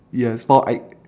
yes four I